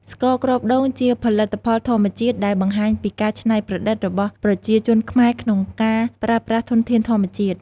ស្ករគ្រាប់ដូងជាផលិតផលធម្មជាតិដែលបង្ហាញពីការច្នៃប្រឌិតរបស់ប្រជាជនខ្មែរក្នុងការប្រើប្រាស់ធនធានធម្មជាតិ។